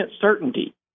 certainty